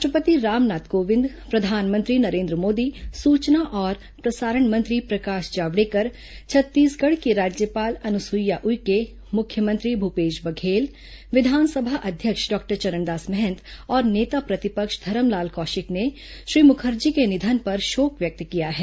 राष्ट्रपति रामनाथ कोविंद प्रधानमंत्री नरेन्द्र मोदी सूचना और प्रसारण मंत्री प्रकाश जावड़ेकर छत्तीसगढ़ की राज्यपाल अनुसुईया उइके मुख्यमंत्री भूपेश बघेल विधानसभा अध्यक्ष डॉक्टर चरणदास महंत और नेता प्रतिपक्ष धरमलाल कौशिक ने श्री मुखर्जी के निधन पर शोक व्यक्त किया है